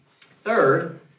Third